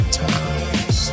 times